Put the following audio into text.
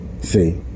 see